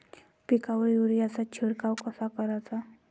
पिकावर युरीया चा शिडकाव कसा कराचा?